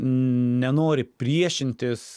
nenori priešintis